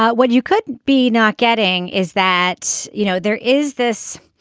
but what you could be not getting is that you know there is this